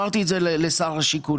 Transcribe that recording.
אמרתי את זה לשר השיכון,